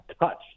touched